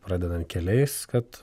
pradedant keliais kad